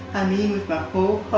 i mean with my whole